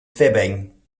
fibbing